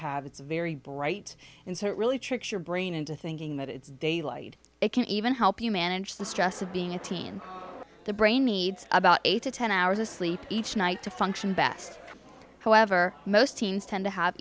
have it's very bright and so it really tricks your brain into thinking that it's daylight it can even help you manage the stress of being a teen the brain needs about eight to ten hours of sleep each night to function best however most teens tend to have